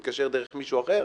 הוא התקשר דרך מישהו אחר,